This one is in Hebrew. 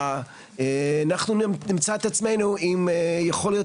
אנחנו נמצא את עצמנו עם יכול להיות